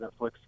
Netflix